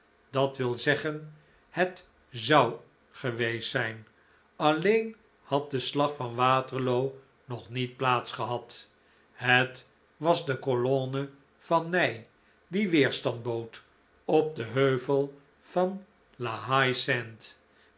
dat wil zeggen het zou geweest zijn alleen had de slag van waterloo nog niet plaats gehad het was de colonne van ney die weerstand bood op den heuvel van la